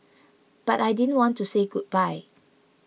but I didn't want to say goodbye